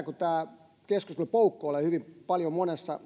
kun tämä keskustelu poukkoilee hyvin paljon monessa